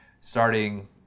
starting